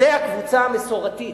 שזו הקבוצה המסורתית.